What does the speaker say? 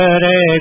Hare